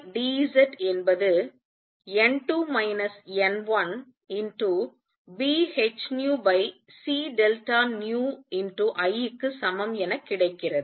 d I d Z என்பது n2 n1BhνcIக்கு சமம் என கிடைக்கிறது